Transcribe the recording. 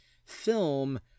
film